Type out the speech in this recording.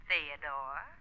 Theodore